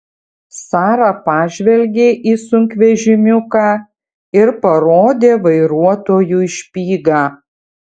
sara pažvelgė į sunkvežimiuką ir parodė vairuotojui špygą